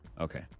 Okay